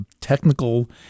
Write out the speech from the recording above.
technical